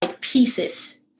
pieces